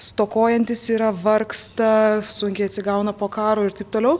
stokojantys yra vargsta sunkiai atsigauna po karo ir taip toliau